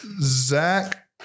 zach